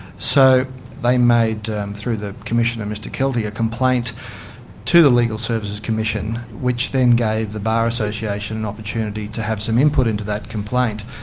so they made um through the commissioner, mr keelty, a complaint to the legal services commission, which then gave the bar association an opportunity to have some input into that complaint.